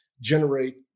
generate